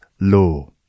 law